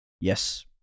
yes